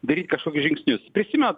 daryt kažkokius žingsnius prisimenat